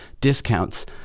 discounts